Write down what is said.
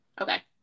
okay